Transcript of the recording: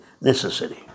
necessary